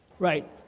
Right